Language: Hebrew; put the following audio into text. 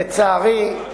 לצערי,